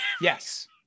Yes